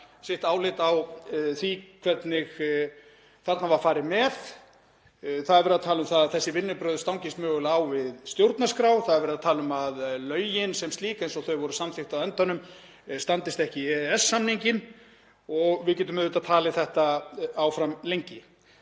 sitt álit á því hvernig þarna var farið með. Það er verið að tala um að þessi vinnubrögð stangist mögulega á við stjórnarskrá. Það er verið að tala um að lögin sem slík, eins og þau voru samþykkt á endanum, standist ekki EES-samninginn og við getum lengi talið áfram.